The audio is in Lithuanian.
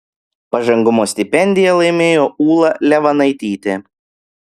pažangumo stipendiją laimėjo ūla levanaitytė